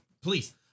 please